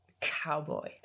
cowboy